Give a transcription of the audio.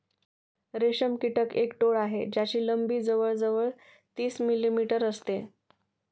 रेशम कीटक एक टोळ आहे ज्याची लंबी जवळ जवळ तीस मिलीमीटर असते